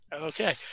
Okay